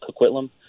Coquitlam